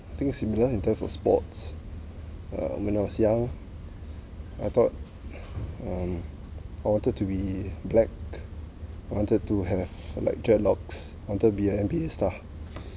I think it's similar in terms of sports uh when I was young I thought um I wanted to be black wanted to have like dread locks wanted be an N_B_A star